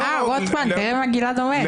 רוטמן, תראה מה גלעד אומר.